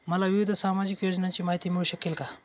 मला विविध सामाजिक योजनांची माहिती मिळू शकेल का?